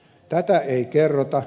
tätä ei kerrota